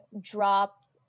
drop